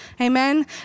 Amen